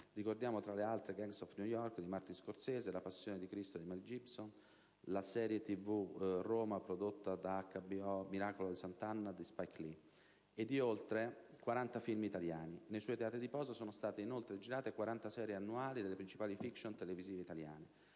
(ricordiamo, tra le altre, «Gangs of New York» di Martin Scorsese, «La passione di Cristo» di Mel Gibson, la serie tv «Roma», prodotta da HBO, «Miracolo a Sant'Anna» di Spike Lee) e di oltre 40 film italiani; nei suoi teatri di posa sono state inoltre girate 40 serie annuali delle principali *fiction* televisive italiane.